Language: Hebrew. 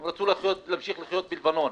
הם רצו להמשיך לחיות בלבנון,